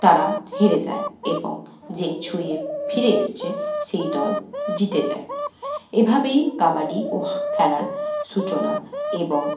তারা হেরে যায় এবং যে ছুঁয়ে ফিরে এসছে সেই দল জিতে যায় এভাবেই কাবাডিও খেলার সূচনা এবং